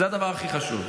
זה הדבר הכי חשוב,